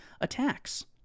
attacks